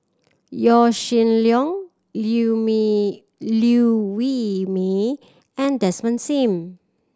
Yaw Shin Leong Liew Wee Liew Wee Mee and Desmond Sim